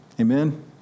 Amen